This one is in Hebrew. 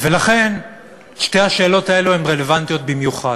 לכן שתי השאלות האלה הן רלוונטיות במיוחד.